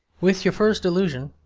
with your first delusion,